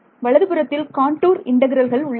வலது புறத்தில் காண்டூர் இன்டெக்ரல்கள் உள்ளன